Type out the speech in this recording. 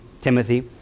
Timothy